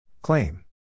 Claim